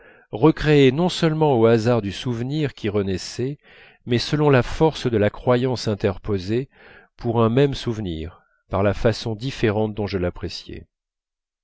recréés non seulement au hasard du souvenir qui renaissait mais selon la force de la croyance interposée pour un même souvenir par la façon différente dont je l'appréciais